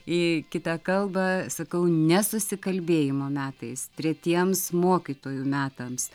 į kitą kalbą sakau nesusikalbėjimo metais tretiems mokytojų metams